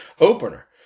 opener